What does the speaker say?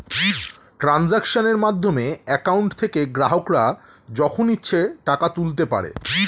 ট্রানজাক্শনের মাধ্যমে অ্যাকাউন্ট থেকে গ্রাহকরা যখন ইচ্ছে টাকা তুলতে পারে